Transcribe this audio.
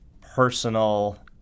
personal